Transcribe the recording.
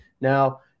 Now